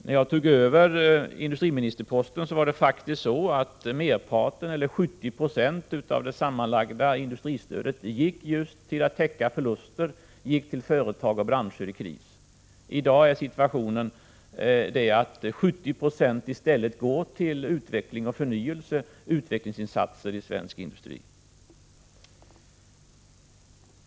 När jag tog över industriministerposten gick merparten, 70 26, av det sammanlagda industristödet till att täcka förluster i företag och branscher i kris. I dag går 70 9 till utveckling och förnyelse och till andra utvecklingsinsatser i svensk industri.